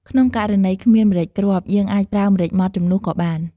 ក្នុងករណី គ្មានម្រេចគ្រាប់ យើងអាចប្រើម្រេចម៉ដ្ឋជំនួសក៏បាន។